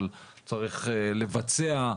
אבל צריך לבצע,